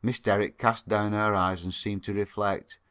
miss derrick cast down her eyes and seemed to reflect.